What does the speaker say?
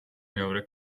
მეორე